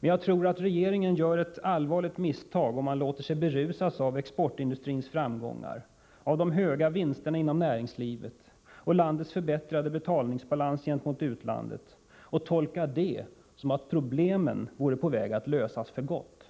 Men jag tror att regeringen gör ett allvarligt misstag om den låter sig berusas av exportindustrins framgångar, av de höga vinsterna inom näringslivet och av landets förbättrade betalningsbalans gentemot utlandet och tolkar det som om problemen vore på väg att lösas för gott.